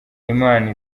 imana